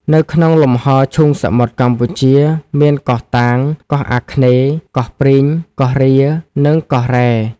នៅក្នុងលំហឈូងសមុទ្រកម្ពុជា មានកោះ តាង កោះអាគ្នេយ៍ កោះព្រីង កោះរៀ និង កោះរ៉ែ ។